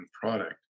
product